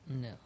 no